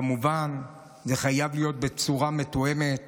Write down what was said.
כמובן, זה חייב להיות בצורה מתואמת